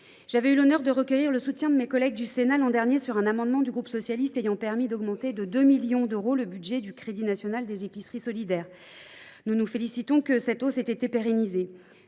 J’ai eu l’honneur de recueillir le soutien du Sénat, l’an dernier, sur un amendement du groupe socialiste qui visait à augmenter de 2 millions d’euros le budget du Crédit national des épiceries sociales (Cnes). Nous nous félicitons que cette hausse ait été pérennisée.